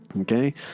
Okay